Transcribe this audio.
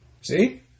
See